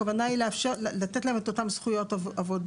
הכוונה לתת להם את אותם זכויות עבודה.